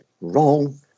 wrong